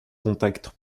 contact